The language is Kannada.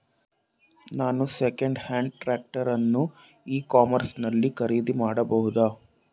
ನಾನು ಸೆಕೆಂಡ್ ಹ್ಯಾಂಡ್ ಟ್ರ್ಯಾಕ್ಟರ್ ಅನ್ನು ಇ ಕಾಮರ್ಸ್ ನಲ್ಲಿ ಖರೀದಿ ಮಾಡಬಹುದಾ?